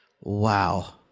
Wow